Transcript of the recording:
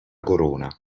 corona